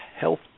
Health